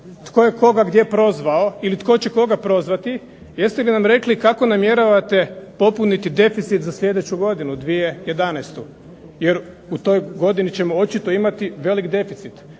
tko je koga gdje prozvao ili tko će koga prozvati, jeste li nam rekli kako namjeravate popuniti deficit za sljedeću godinu 2011. jer u toj godini ćemo očito imati velik deficit.